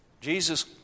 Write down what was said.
Jesus